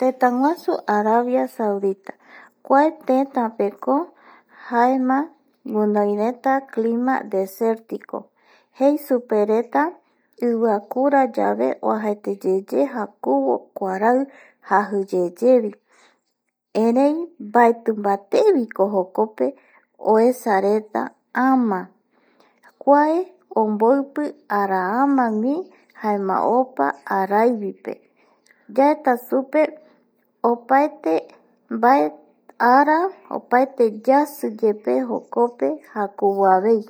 Tëtäguasu Arabia Saudita kuatëtäpeko jaema guinoireta clima desertico jei supereta iviakurayave oajaeteyeye jakuvo kuarai jaji yeyevi erei mbaetimbatéviko jokpe oesareta ama kua omboipi araamagui jaema opa araivipe yaetasupe opaete mbae ara opaete yasi yepe jokope jakuvoavei